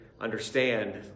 understand